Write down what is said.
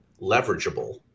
leverageable